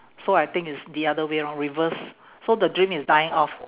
so I think it's the other way round lor reverse so the dream is dying off